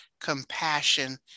compassion